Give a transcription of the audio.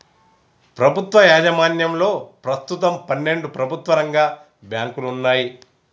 ప్రభుత్వ యాజమాన్యంలో ప్రస్తుతం పన్నెండు ప్రభుత్వ రంగ బ్యాంకులు వున్నయ్